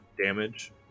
damage